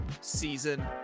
season